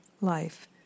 life